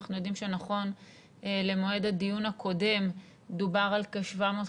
אנחנו יודעים שנכון למועד הדיון הקודם דובר על כ-750